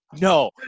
no